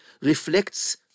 reflects